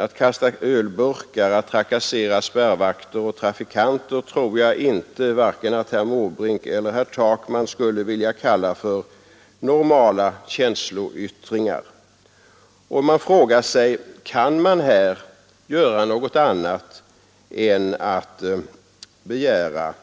Att kasta ölburkar, att trakassera spärrvakter och trafikanter tror jag inte att vare sig herr Måbrink eller herr Takman skulle vilja kalla för normala känsloyttringar. Man frågar sig: Kan man här göra något annat än att begära